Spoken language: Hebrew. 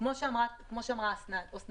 כמו שאמרה אסנת,